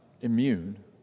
immune